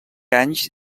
anys